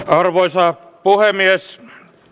arvoisa puhemies